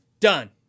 done